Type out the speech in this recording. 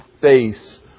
face